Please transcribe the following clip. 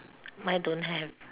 mine don't have